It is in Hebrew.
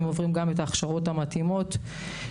הם עוברים הכשרות מתאימות.